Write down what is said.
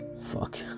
Fuck